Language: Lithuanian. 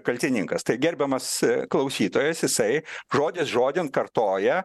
kaltininkas tai gerbiamas klausytojas jisai žodis žodin kartoja